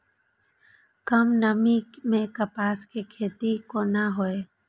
कम नमी मैं कपास के खेती कोना हुऐ?